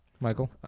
Michael